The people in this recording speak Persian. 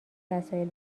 وسایل